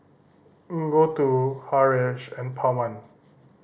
Gouthu Haresh and Pawan